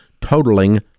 totaling